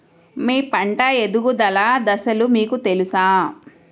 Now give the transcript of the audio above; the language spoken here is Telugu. మీ పంట ఎదుగుదల దశలు మీకు తెలుసా?